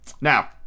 Now